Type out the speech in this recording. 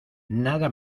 nada